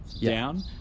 down